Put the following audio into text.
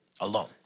alone